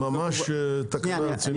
ממש תקנה רצינית.